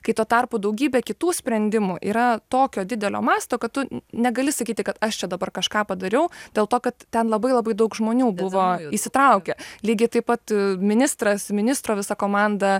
kai tuo tarpu daugybė kitų sprendimų yra tokio didelio masto kad tu negali sakyti kad aš čia dabar kažką padariau dėl to kad ten labai labai daug žmonių buvo įsitraukę lygiai taip pat ministras ministro visa komanda